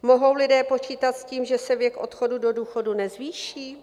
Mohou lidé počítat s tím, že se věk odchodu do důchodu nezvýší?